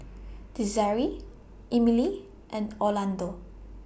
Desiree Emile and Orlando